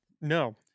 no